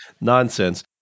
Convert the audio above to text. nonsense